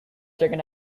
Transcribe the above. second